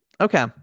okay